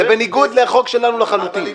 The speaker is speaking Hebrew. זה בניגוד לחוק שלנו לחלוטין.